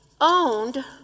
owned